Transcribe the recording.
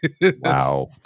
Wow